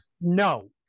No